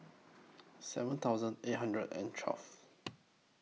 seven thousand eight hundred and twelve